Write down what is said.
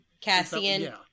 Cassian